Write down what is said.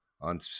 on